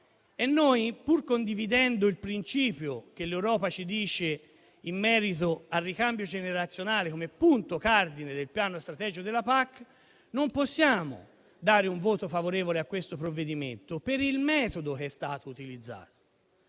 Noi, pur condividendo il principio che l'Europa ci dice in merito al ricambio generazionale come punto cardine del piano strategico della PAC, non possiamo dare un voto favorevole a questo provvedimento, per il metodo che è stato utilizzato.